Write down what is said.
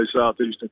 Southeastern